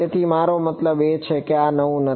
તેથી મારો મતલબ છે કે આ નવું નથી